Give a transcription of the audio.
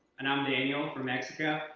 and i'm daniel, from mexico.